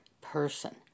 person